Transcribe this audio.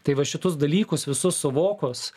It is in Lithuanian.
tai va šitus dalykus visus suvokus